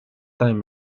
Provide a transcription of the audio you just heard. time